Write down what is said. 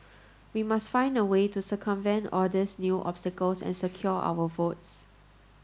we must find a way to circumvent all these new obstacles and secure our votes